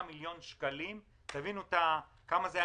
רשויות במעמד סוציו-אקונומי 1 3. תבינו כמה זה היה